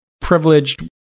privileged